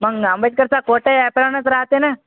मग आंबेडकरचा कोटही एपराॅनच राहते ना